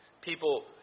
People